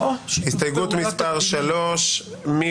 הסתייגות מס' 12. מי